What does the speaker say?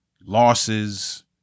losses